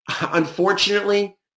unfortunately